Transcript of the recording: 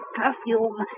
perfume